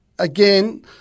Again